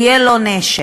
יהיה לו נשק.